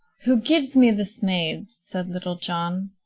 who gives me this maid? said little john,